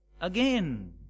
Again